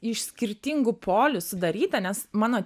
iš skirtingų polių sudarytą nes mano